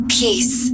peace